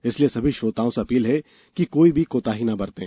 इसलिए सभी श्रोताओं से अपील है कि कोई भी कोताही न बरतें